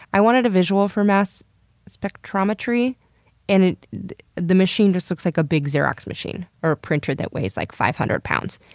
i wanted a visual for mass spectrometry and the machine just looks like a big xerox machine, or a printer that weighs, like, five hundred pounds.